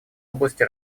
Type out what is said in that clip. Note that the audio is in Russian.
области